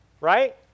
right